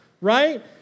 right